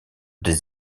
des